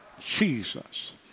Jesus